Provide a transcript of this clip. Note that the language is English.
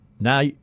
now